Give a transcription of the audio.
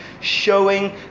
showing